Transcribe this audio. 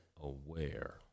Aware